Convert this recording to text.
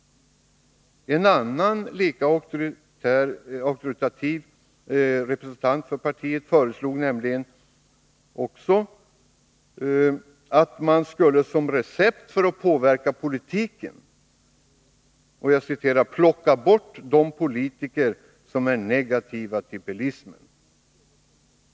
En annan lika auktoritativ representant för partiet föreslog att man skulle såsom recept för att påverka politiken ”plocka bort de politiker som är negativa till bilismen”.